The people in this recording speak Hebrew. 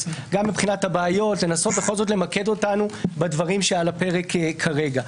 וגם מבחינת הבעיות לנסות למקד אותנו בדברים שעל הפרק כרגע.